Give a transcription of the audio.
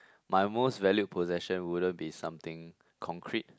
my most valued possession wouldn't be something concrete